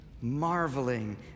marveling